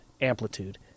amplitude